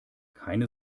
keine